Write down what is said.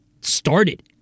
started